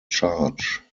charge